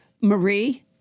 Marie